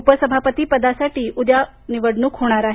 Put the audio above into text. उपसभापती पदासाठी उद्या निवडणूक होणार आहे